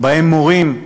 ובהם מורים,